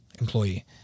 employee